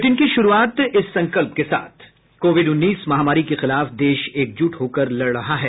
bulletin की शुरूआत से पहले ये संकल्प कोविड उन्नीस महामारी के खिलाफ देश एकजुट होकर लड़ रहा है